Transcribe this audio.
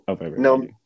No